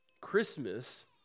Christmas